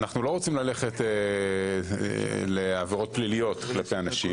אנחנו לא רוצים ללכת לעבירות פליליות כלפי אנשים.